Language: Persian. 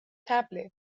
طبله